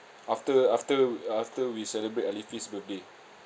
after after after we celebrate alifi 's birthday